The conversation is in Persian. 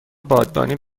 بادبانی